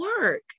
work